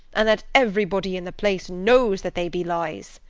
and that everybody in the place knows that they be lies?